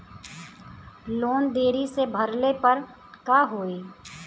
Loan देरी से भरले पर का होई?